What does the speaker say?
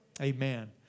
Amen